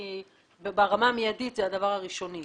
ברמה המיידית זה הדבר הראשוני.